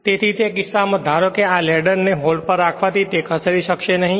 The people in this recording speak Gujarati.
તેથી તે કિસ્સામાં ધારો કે આ લેડર ને હોલ્ડ પર રાખવાથી તે ખસેડી શકશે નહી